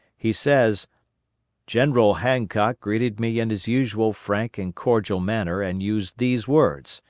he says general hancock greeted me in his usual frank and cordial manner and used these words,